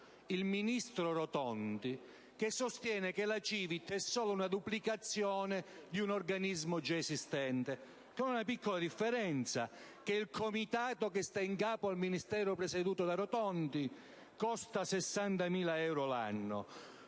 il ministro Rotondi - che sostiene che la CiVIT è solo una duplicazione di un organismo già esistente, con una piccola differenza: il Comitato che sta in capo al Ministero presieduto da Rotondi costa 60.000 euro all'anno,